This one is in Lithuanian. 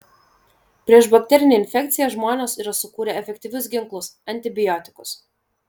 prieš bakterinę infekciją žmonės yra sukūrę efektyvius ginklus antibiotikus